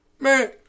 man